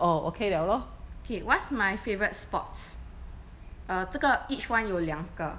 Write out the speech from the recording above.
okay what's my favourite sports err 这个 each one 有两个